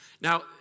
Now